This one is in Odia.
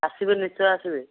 ଆସିବେ ନିଶ୍ଚୟ ଆସିବେ